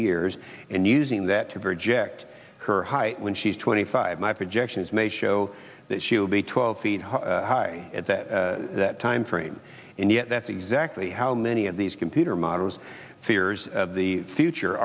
years and using that to project her height when she's twenty five my projections may show that she will be twelve feet high at that time frame and yet that's exactly how many of these computer models fears of the future